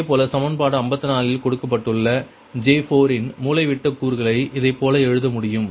இதேபோல சமன்பாடு 54 இல் கொடுக்கப்பட்டுள்ள J 4 இன் மூலைவிட்ட கூறுகளை இதைப்போல எழுத முடியும்